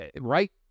right